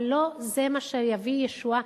אבל לא זה מה שיביא ישועה.